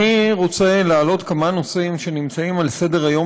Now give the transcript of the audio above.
אני רוצה להעלות כמה נושאים שנמצאים על סדר-היום